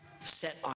set